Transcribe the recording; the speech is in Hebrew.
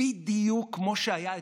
בדיוק כמו שהיה אתמול: